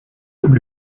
comme